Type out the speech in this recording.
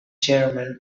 chairman